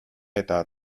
eta